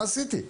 מה עשיתי?